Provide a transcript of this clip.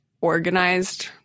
organized